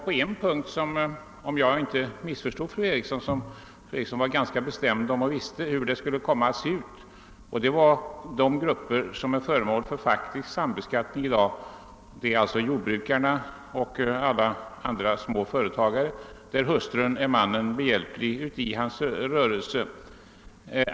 På en punkt föreföll det dock som om fru Eriksson visste ganska mycket om hur förslaget skulle komma att se ut, nämligen när det gäller de grupper som i dag är föremål för faktisk sambeskattning, d.v.s. jordbrukarna och alla andra småföretagare, vilkas hustrur är männen behjälpliga i deras företag.